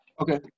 Okay